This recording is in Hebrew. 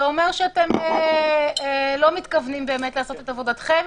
זה אומר שאתם לא מתכוונים באמת לעשות את עבודתכם.